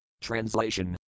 TRANSLATION